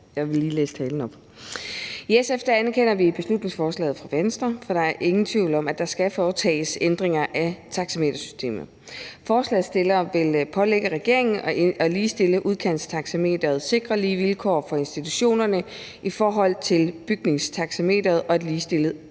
jeg vil lige læse talen op. I SF anerkender vi beslutningsforslaget fra Venstre, for der er ingen tvivl om, at der skal foretages ændringer af taxametersystemet. Forslagsstillerne vil pålægge regeringen at ligestille udkantstaxameteret med bygningstaxameteret og A-fagstaxameteret og sikre